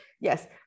yes